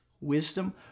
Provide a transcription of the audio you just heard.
wisdom